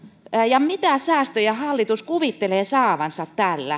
ja mitä säästöjä hallitus kuvittelee saavansa tällä